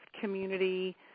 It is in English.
community